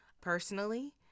personally